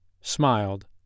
smiled